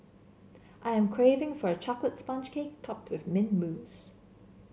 I am craving for a chocolate sponge cake topped with mint mousse